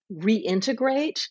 reintegrate